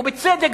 ובצדק,